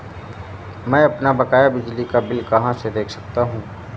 मैं अपना बकाया बिजली का बिल कहाँ से देख सकता हूँ?